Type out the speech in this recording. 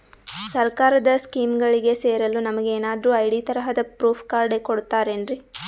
ಸರ್ಕಾರದ ಸ್ಕೀಮ್ಗಳಿಗೆ ಸೇರಲು ನಮಗೆ ಏನಾದ್ರು ಐ.ಡಿ ತರಹದ ಪ್ರೂಫ್ ಕಾರ್ಡ್ ಕೊಡುತ್ತಾರೆನ್ರಿ?